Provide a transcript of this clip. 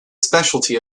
specialty